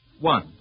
One